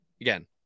again